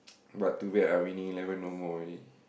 but to bad ah Winning-Eleven no more already